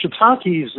shiitakes